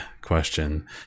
question